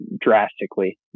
drastically